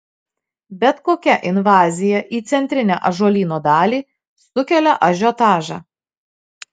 bet kokia invazija į centrinę ąžuolyno dalį sukelia ažiotažą